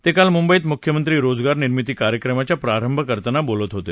ते काल मुंबईत मुख्यमंत्री रोजगार निर्मिती कार्यक्रमाचा प्रारंभ करताना बोलत होते